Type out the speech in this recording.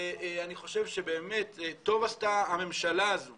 אני חושב שבאמת טוב עשתה הממשלה הזאת